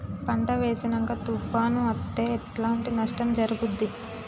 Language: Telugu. పంట వేసినంక తుఫాను అత్తే ఎట్లాంటి నష్టం జరుగుద్ది?